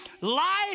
life